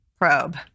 probe